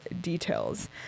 details